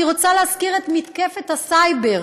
אני רוצה להזכיר את מתקפת הסייבר,